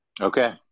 Okay